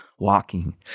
Walking